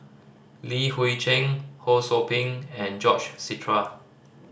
Li Hui Cheng Ho Sou Ping and George